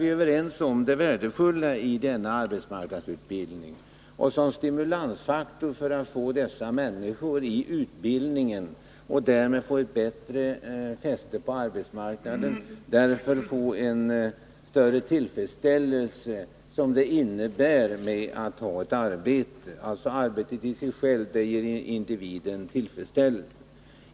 Vi är överens om det värdefulla i arbetsmarknadsutbildningen som stimulansfaktor för att få människor att utbilda sig och få ett fäste på arbetsmarknaden — och därmed känna den tillfredsställelse som det innebär att ha ett arbete. Arbetet i sig självt ger individen tillfredsställelse.